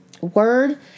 word